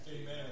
Amen